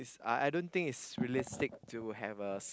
I I don't think it's realistic to have a